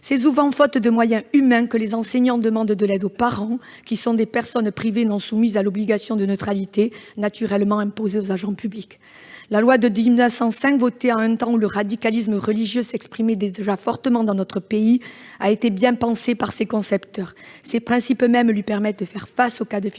C'est souvent faute de moyens humains que les enseignants demandent de l'aide aux parents, qui sont des personnes privées non soumises à l'obligation de neutralité naturellement imposée aux agents publics. La loi de 1905, votée en un temps où le radicalisme religieux s'exprimait déjà fortement dans notre pays, a été bien pensée par ses concepteurs. Ses principes mêmes lui permettent de faire face aux cas de figure